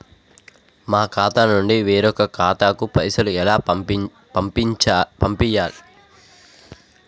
మా ఖాతా నుండి వేరొక ఖాతాకు పైసలు ఎలా పంపియ్యాలి?